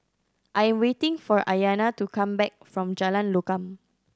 I am waiting for Ayanna to come back from Jalan Lokam